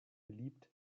beliebt